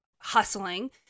hustling